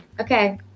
okay